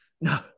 no